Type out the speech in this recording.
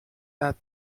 that